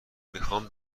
میخوان